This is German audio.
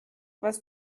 was